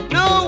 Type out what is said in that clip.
no